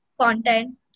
content